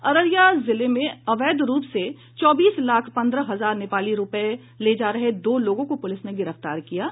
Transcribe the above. अररिया जिले में अवैध रूप से चौबीस लाख पन्द्रह हजार नेपाली रूपये लेकर जा रहे दो लोगों को पुलिस ने गिरफ्तार किया है